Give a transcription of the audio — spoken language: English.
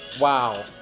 wow